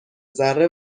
ذره